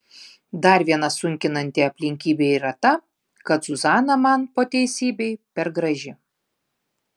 dar viena sunkinanti aplinkybė yra ta kad zuzana man po teisybei per graži